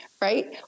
Right